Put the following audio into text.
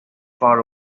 far